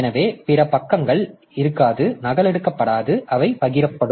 எனவே பிற பக்கங்கள் இருக்காது நகலெடுக்கப்படாது அவை பகிரப்படும்